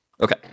Okay